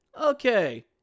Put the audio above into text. Okay